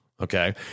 Okay